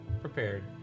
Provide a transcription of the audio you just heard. prepared